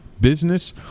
business